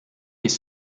les